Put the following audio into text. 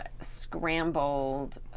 scrambled